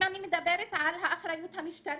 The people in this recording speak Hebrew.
אם אני מדברת על האחריות המשטרתית,